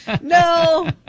No